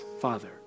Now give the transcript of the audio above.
Father